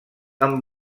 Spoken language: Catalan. amb